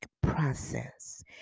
process